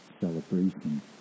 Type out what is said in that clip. celebration